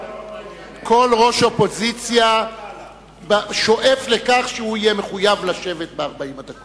כל ראש אופוזיציה שואף לכך שהוא יהיה מחויב לשבת ב-40 הדקות.